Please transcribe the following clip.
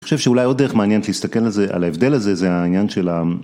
אני חושב שאולי עוד דרך מעניינת להסתכל על זה, על ההבדל הזה, זה העניין של העם.